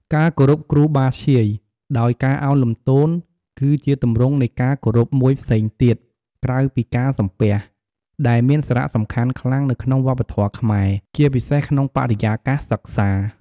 ការគោរពគ្រូបាធ្យាយ ដោយការឱនលំទោន គឺជាទម្រង់នៃការគោរពមួយផ្សេងទៀតក្រៅពីការសំពះ ដែលមានសារៈសំខាន់ខ្លាំងនៅក្នុងវប្បធម៌ខ្មែរ ជាពិសេសក្នុងបរិយាកាសសិក្សា។